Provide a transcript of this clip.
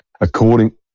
according